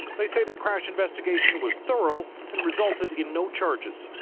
they say their crash investigation was thorough and resulted in no charges.